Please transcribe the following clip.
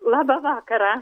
labą vakarą